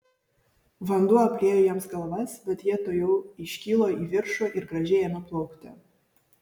vanduo apliejo jiems galvas bet jie tuojau iškilo į viršų ir gražiai ėmė plaukti